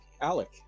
Alec